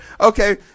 Okay